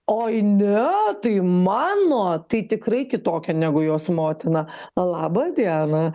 oi ne tai mano tai tikrai kitokia negu jos motina labą dieną